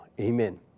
Amen